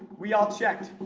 we all checked,